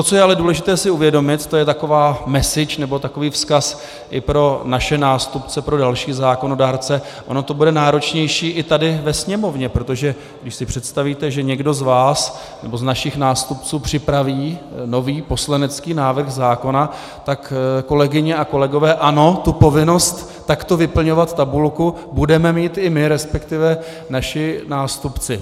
Co je ale důležité si uvědomit, to je taková message, nebo takový vzkaz i pro naše nástupce, pro další zákonodárce, ono to bude náročnější i tady ve Sněmovně, protože když si představíte, že někdo z vás nebo z našich nástupců připraví nový poslanecký návrh zákona, tak kolegyně a kolegové, ano, tu povinnost takto vyplňovat tabulku budeme mít i my, resp. naši nástupci.